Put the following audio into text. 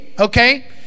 okay